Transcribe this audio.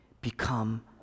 become